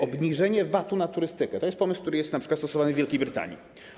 Obniżenie VAT-u na turystykę - pomysł, który jest np. stosowany w Wielkiej Brytanii.